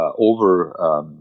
over